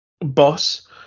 boss